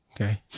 Okay